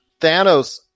Thanos